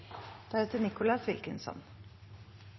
Representanten Nicholas Wilkinson